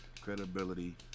credibility